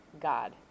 God